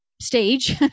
stage